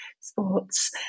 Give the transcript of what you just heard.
sports